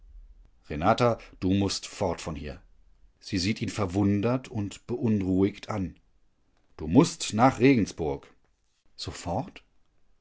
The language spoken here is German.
renata du mußt fort von hier sie sieht ihn verwundert und beunruhigt an du mußt nach regensburg sofort